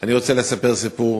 אני רוצה לספר סיפור.